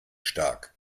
stark